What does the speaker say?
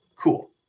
Cool